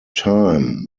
time